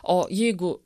o jeigu